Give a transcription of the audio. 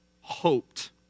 hoped